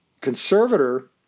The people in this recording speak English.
conservator